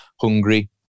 hungry